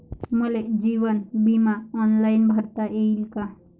मले जीवन बिमा ऑनलाईन भरता येईन का?